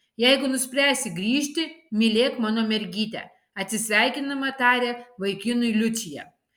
jeigu nuspręsi grįžti mylėk mano mergytę atsisveikindama taria vaikinui liučija